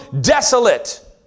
desolate